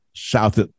south